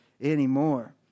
anymore